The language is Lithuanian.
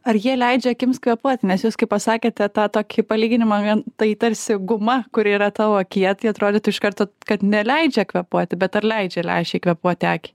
ar jie leidžia akims kvėpuot nes jūs kai pasakėte tą tokį palyginimą vien tai tarsi guma kuri yra tavo akyje tai atrodytų iš karto kad neleidžia kvėpuoti bet ar leidžia lęšiai kvėpuoti akiai